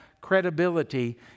credibility